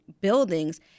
buildings